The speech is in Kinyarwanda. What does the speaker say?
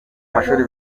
mashuri